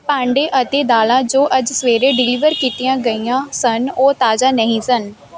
ਭਾਂਡੇ ਅਤੇ ਦਾਲਾਂ ਜੋ ਅੱਜ ਸਵੇਰੇ ਡਿਲੀਵਰ ਕੀਤੀਆਂ ਗਈਆਂ ਸਨ ਉਹ ਤਾਜ਼ਾ ਨਹੀਂ ਸਨ